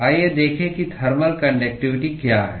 आइए देखें कि थर्मल कान्डक्टिवटी क्या है